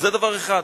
אז זה דבר אחד.